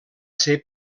ser